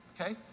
Okay